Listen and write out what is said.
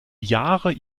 jahre